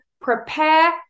prepare